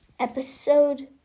Episode